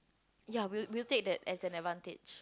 ya we'll we'll take that as an advantage